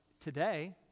today